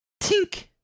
TINK